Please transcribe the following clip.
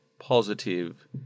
Positive